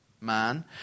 man